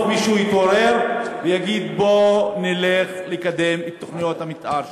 מישהו יתעורר ויגיד: בוא נלך לקדם את תוכניות המתאר שם,